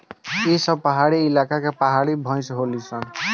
ई सब पहाड़ी इलाका के पहाड़ी भईस होली सन